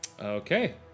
Okay